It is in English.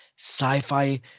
sci-fi